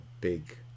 big